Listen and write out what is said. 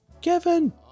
Kevin